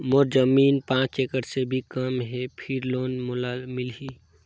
मोर जमीन पांच एकड़ से भी कम है फिर लोन मोला मिलही?